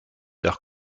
tard